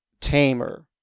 tamer